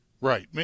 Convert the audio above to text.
right